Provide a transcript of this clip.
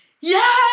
yes